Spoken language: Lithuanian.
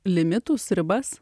limitus ribas